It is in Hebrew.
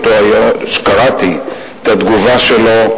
קראתי היום את התגובה שלו,